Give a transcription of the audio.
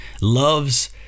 loves